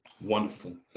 Wonderful